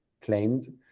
claimed